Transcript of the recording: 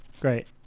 Great